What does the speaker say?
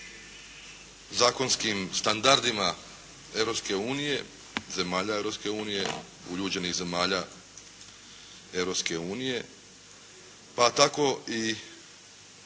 zakonskim standardima Europske unije, zemalja Europske unije, uljuđenih zemalja Europske unije pa tako i